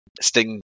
Sting